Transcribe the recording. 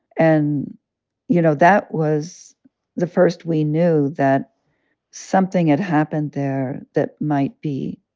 and you know, that was the first we knew that something had happened there that might be,